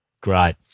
Great